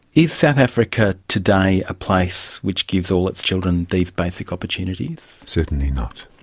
is south africa today a place which gives all its children these basic opportunities? certainly not,